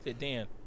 Dan